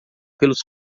pelos